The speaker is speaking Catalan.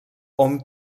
hom